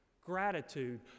Gratitude